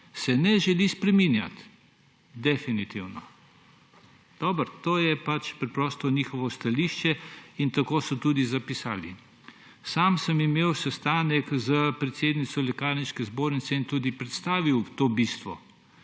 se ne želi spreminjati. Definitivno. Dobro, to je pač preprosto njihovo stališče in tako so tudi zapisali. Sam sem imel sestanek z predsednico Lekarniške zbornice in tudi predstavil to bistvo.